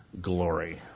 glory